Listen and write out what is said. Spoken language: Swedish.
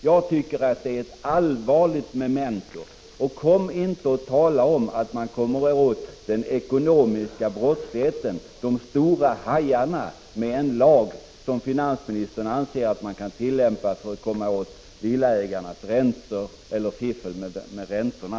Jag tycker att det är ett allvarligt memento. Kom då inte och tala om att man kommer åt den ekonomiska brottsligheten, de stora hajarna, med en lag som finansministern anser kan tillämpas för att komma åt villaägarnas fiffel med räntorna!